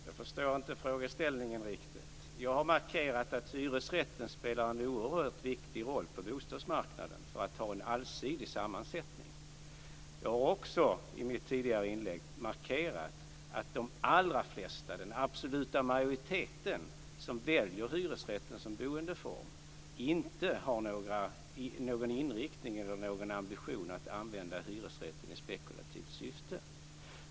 Fru talman! Jag förstår inte frågeställningen riktigt. Jag har markerat att hyresrätten spelar en oerhört viktig roll på bostadsmarknaden för att den skall ha en allsidig sammansättning. Jag markerade också i mitt tidigare inlägg att de allra flesta - ja, den absoluta majoriteten - av dem som väljer hyresrätten som boendeform inte har någon ambition att använda hyresrätten i spekulativt syfte.